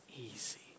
easy